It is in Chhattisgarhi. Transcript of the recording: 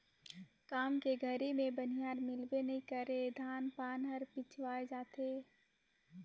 काम के घरी मे बनिहार मिलबे नइ करे धान पान हर पिछवाय जाथे